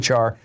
HR